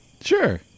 Sure